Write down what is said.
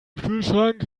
kühlschrank